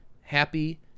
happy